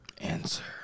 Answer